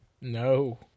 No